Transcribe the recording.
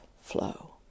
flow